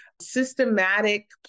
systematic